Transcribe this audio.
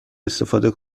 استفاده